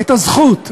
את הזכות,